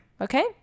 okay